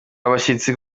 abashyitsi